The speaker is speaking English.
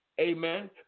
Amen